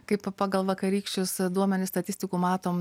kaip pagal vakarykščius a duomenis statistikų matom